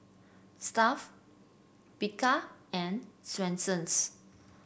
Stuff'd Bika and Swensens